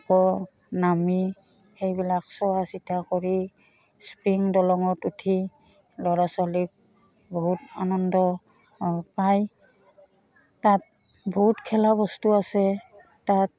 আকৌ নামি সেইবিলাক চোৱা চিতা কৰি স্প্ৰিং দলঙত উঠি ল'ৰা ছোৱালীক বহুত আনন্দ পায় তাত বহুত খেলা বস্তু আছে তাত